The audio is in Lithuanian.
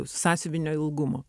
sąsiuvinio ilgumo